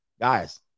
Guys